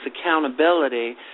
accountability